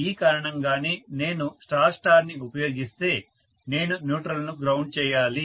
ఈ కారణంగానే నేను స్టార్ స్టార్ని ఉపయోగిస్తే నేను న్యూట్రల్ ను గ్రౌండ్ చేయాలి